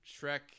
shrek